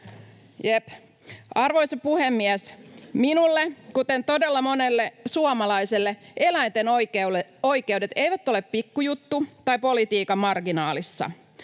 Arvoisa puhemies! Minulle, kuten todella monelle suomalaiselle, eläinten oikeudet eivät ole pikkujuttu tai politiikan marginaalissa.